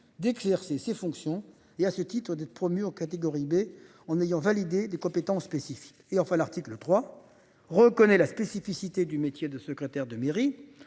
d'exercer ses fonctions et à ce titre d'être promu en catégorie B en ayant validé des compétences spécifiques et enfin l'article 3, reconnaît la spécificité du métier de secrétaire de mairie